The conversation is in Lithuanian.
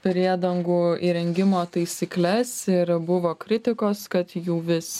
priedangų įrengimo taisykles ir buvo kritikos kad jų vis